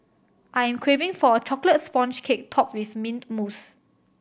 I am craving for a chocolate sponge cake topped with mint mousse